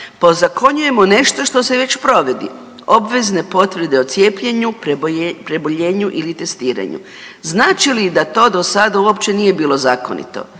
ozakonjujemo nešto što se već provodi. Obvezne potvrde o cijepljenju, preboljenju ili testiranju. Znači li da to do sada uopće nije bilo zakonito.